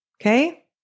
Okay